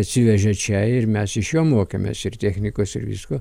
atsivežė čia ir mes iš jo mokėmės ir technikos ir visko